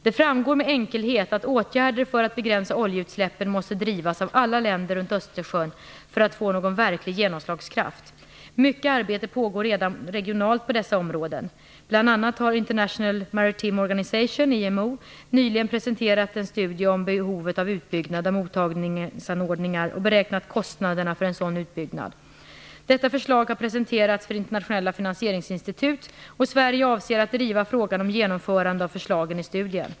Det framgår enkelt att åtgärder för att begränsa oljeutsläppten måste drivas av alla länder runt Östersjön för att få någon verklig genomslagskraft. Mycket arbete pågår redan regionalt på dessa områden. Bl.a. har International Maritime Organisation, IMO, nyligen presenterat en studie om behovet av utbyggad av mottagningsanordningar och beräknat kostnaderna för en sådan utbyggnad. Detta förslag har presenterats för internationella finansieringsinstitut, och Sverige avser att driva frågan om genomförande av förslagen i studien.